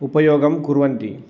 उपयोगं कुर्वन्ति